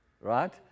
Right